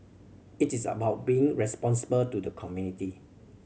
it is about being responsible to the community